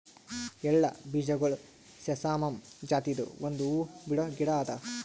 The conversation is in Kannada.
ಎಳ್ಳ ಬೀಜಗೊಳ್ ಸೆಸಾಮಮ್ ಜಾತಿದು ಒಂದ್ ಹೂವು ಬಿಡೋ ಗಿಡ ಅದಾ